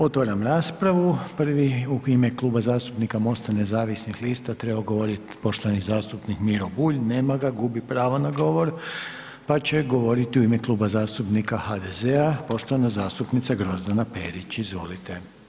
Otvaram raspravu, prvi u ime Kluba zastupnika MOST-a nezavisnih lista trebao je govorit poštovani zastupnik Miro Bulj, nema ga, gubi pravo na govor pa će govorit u ime Kluba zastupnika HDZ-a, poštovana zastupnica Grozdana Perić, izvolite.